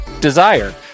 Desire